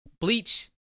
Bleach